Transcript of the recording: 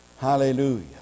Hallelujah